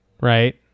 right